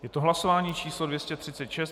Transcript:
Je to hlasování číslo 236.